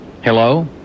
Hello